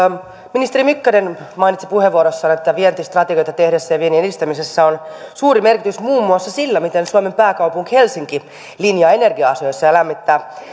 ministeri mykkänen mainitsi puheenvuorossaan että vientistrategioita tehdessä ja viennin edistämisessä on suuri merkitys muun muassa sillä miten suomen pääkaupunki helsinki linjaa energia asioissa ja lämmittää